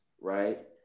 right